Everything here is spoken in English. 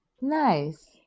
nice